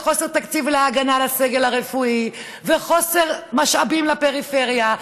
חוסר תקציב להגנה על הסגל הרפואי וחוסר משאבים לפריפריה,